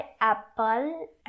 Apple